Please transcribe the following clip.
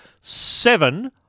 Seven